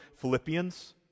Philippians